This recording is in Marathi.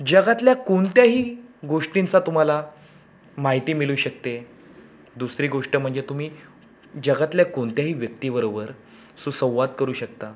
जगातल्या कोणत्याही गोष्टींचा तुम्हाला माहिती मिळू शकते दुसरी गोष्ट म्हणजे तुम्ही जगातल्या कोणत्याही व्यक्तीबरोबर सुसंवाद करू शकता